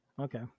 Okay